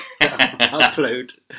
upload